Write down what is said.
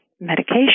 medication